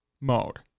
mode